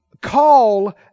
call